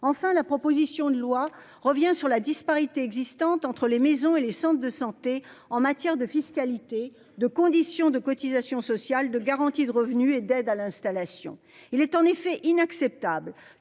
enfin la proposition de loi revient sur la disparité existantes entre les maisons et les centres de santé en matière de fiscalité, de conditions de cotisations sociales de garantie de revenus et d'aide à l'installation. Il est en effet inacceptable